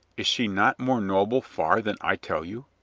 is she not more noble far than i tell you?